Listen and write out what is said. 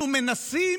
אנחנו מנסים